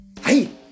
Hey